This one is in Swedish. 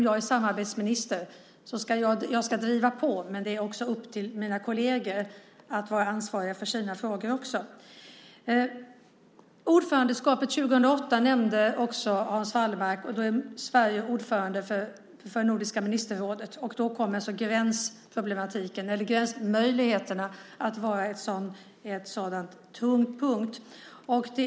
Jag är samarbetsminister och ska driva på, men mina kolleger ska också vara ansvariga för sina frågor. Hans Wallmark nämnde ordförandeskapet 2008. Då är Sverige ordförande för Nordiska ministerrådet. Då kommer gränsmöjligheterna att vara en tung punkt.